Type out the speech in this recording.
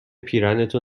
پیرهنتو